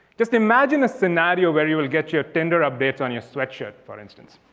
just imagine a scenario where you will get your tinder updates on your sweatshirt for instance.